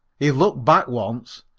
he looked back once,